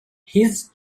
his